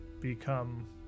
become